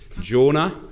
Jonah